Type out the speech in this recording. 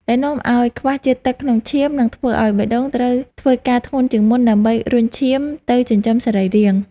ដែលនាំឱ្យខ្វះជាតិទឹកក្នុងឈាម និងធ្វើឱ្យបេះដូងត្រូវធ្វើការធ្ងន់ជាងមុនដើម្បីរុញឈាមទៅចិញ្ចឹមសរីរាង្គ។